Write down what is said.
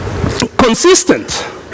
consistent